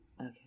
Okay